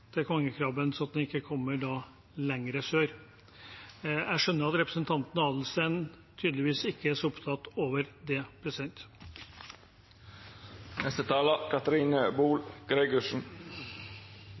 kongekrabben, sånn at den ikke kommer lenger sør. Jeg skjønner at representanten Adelsten Iversen tydeligvis ikke er så opptatt av det.